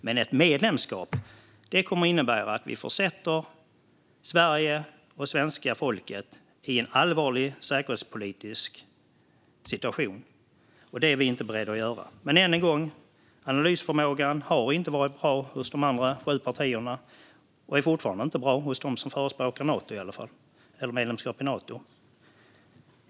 Men ett medlemskap kommer att innebära att vi försätter Sverige och svenska folket i en allvarlig säkerhetspolitisk situation. Det är vi inte beredda att göra. Än en gång: Analysförmågan har inte varit bra hos de andra sju partierna, och den är fortfarande inte bra i varje fall hos dem som förespråkar medlemskap i Nato.